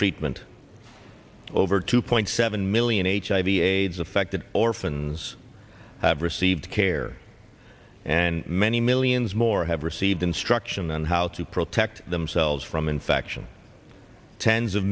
treatment over two point seven million eight hiv aids affected orphans have received care and many millions more have received instruction on how to protect themselves from infection tens of